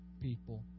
people